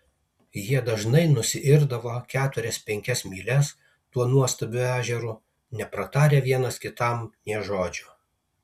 jie dažnai nusiirdavo keturias penkias mylias tuo nuostabiu ežeru nepratarę vienas kitam nė žodžio